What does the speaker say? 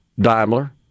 Daimler